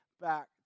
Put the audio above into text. back